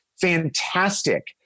fantastic